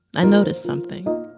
i noticed something.